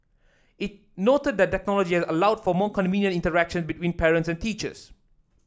it noted that technology has allowed for more convenient interaction between parents and teachers